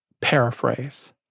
paraphrase